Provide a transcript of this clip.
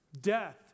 death